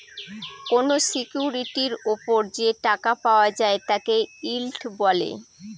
কোনো সিকিউরিটির ওপর যে টাকা পাওয়া যায় তাকে ইল্ড বলে